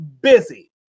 busy